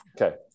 Okay